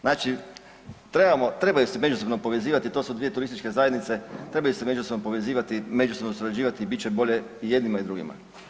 Znači trebamo, trebaju se međusobno povezivati, to su dvije turističke zajednice, trebaju se međusobno povezivati i međusobno surađivati i bit će bolje i jednima i drugima.